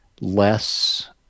less